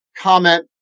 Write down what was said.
comment